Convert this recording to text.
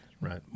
right